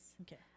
Okay